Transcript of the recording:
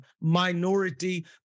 minority